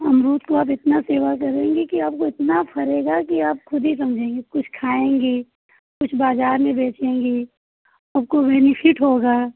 अमरूद को आप इतना सेवा करेंगी कि आपको इतना फरेगा कि आप खुद ही समझेगी कुछ खाऍंगी कुछ बाज़ार में बेचेंगी आपको बेनिफिट होगा